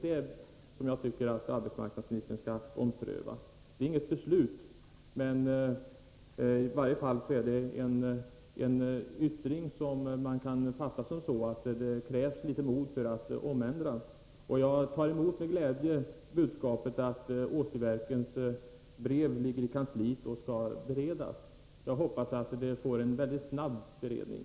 Det är inget beslut, men i varje fall en yttring som det kanske krävs litet mod att ändra. Jag tar med glädje emot budskapet att Åsiverkens brev ligger i kansliet och skall beredas. Jag hoppas att det får en mycket snabb beredning.